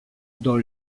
dont